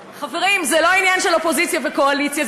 חברים, זה לא עניין של אופוזיציה וקואליציה.